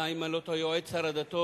אם אני לא טועה, יועץ שר הדתות,